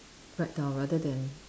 write down rather than